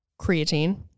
creatine